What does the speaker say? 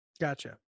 Gotcha